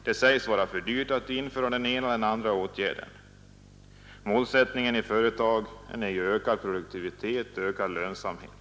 Det sägs vara för dyrt att införa den ena eller andra åtgärden. Målsättningen i företaget är ”ökad produktivitet” och ”ökad lönsamhet”.